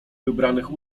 wybranych